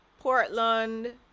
Portland